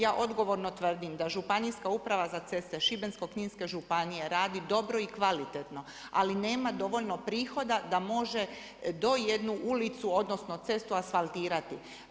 Ja odgovorno tvrdim da Županijska uprava za ceste Šibensko-kninske županije radi dobro i kvalitetno, ali nema dovoljno prihoda da može do jednu ulicu odnosno cestu asfaltirati.